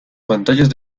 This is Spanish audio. pantallas